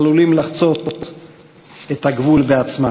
עלולים לחצות את הגבול בעצמם.